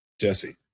Jesse